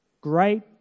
Great